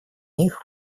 них